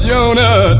Jonah